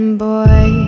boy